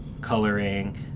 coloring